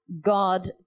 God